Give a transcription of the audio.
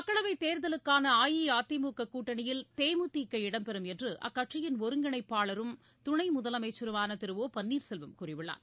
மக்களவை தேர்தலுக்கான அஇஅதிமுக கூட்டணியில் தேமுதிக இடம்பெறும் என்று அக்கட்சியின் ஒருங்கிணைப்பாளரும் துணை முதலமைச்சருமான திரு ஓ பன்னீர் செல்வம் கூறியுள்ளார்